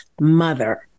mother